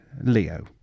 Leo